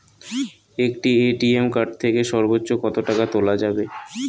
একটি ATM card থেকে সর্বোচ্চ কত টাকা তোলা যাবে?